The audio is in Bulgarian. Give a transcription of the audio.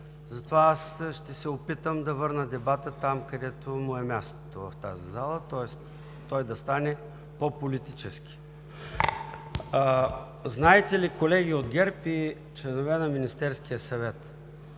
затова аз ще се опитам да върна дебата там, където му е мястото – в тази зала, тоест той да стане по-политически. Знаете ли, колеги от ГЕРБ и членове на Министерския съвет,